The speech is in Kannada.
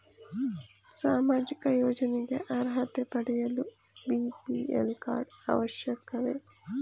ಸಾಮಾಜಿಕ ಯೋಜನೆಗೆ ಅರ್ಹತೆ ಪಡೆಯಲು ಬಿ.ಪಿ.ಎಲ್ ಕಾರ್ಡ್ ಅವಶ್ಯಕವೇ?